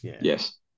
yes